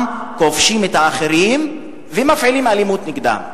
כובשים את האחרים ומפעילים אלימות נגדם.